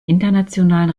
internationalen